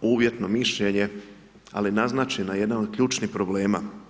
uvjetno mišljenje, ali naznačena jedna od ključnih problema.